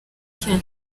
kenya